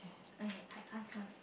okay I ask first